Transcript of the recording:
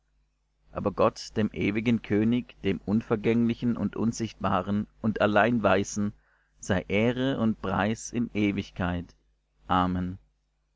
aber gott dem ewigen könig dem unvergänglichen und unsichtbaren und allein weisen sei ehre und preis in ewigkeit amen